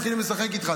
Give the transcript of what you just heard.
מתחילים לשחק איתך,